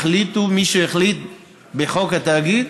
החליט מי שהחליט בחוק התאגיד